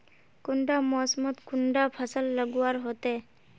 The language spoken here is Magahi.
कुंडा मोसमोत कुंडा फसल लगवार होते?